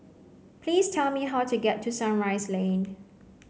please tell me how to get to Sunrise Lane